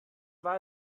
war